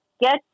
get